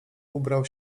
ubrał